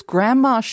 Grandma